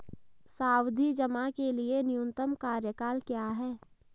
सावधि जमा के लिए न्यूनतम कार्यकाल क्या है?